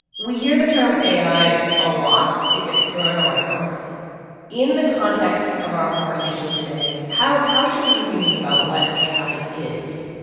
we hear the term a i a lot. it gets thrown around in the context of our conversation today. how how should we be thinking about what a i is?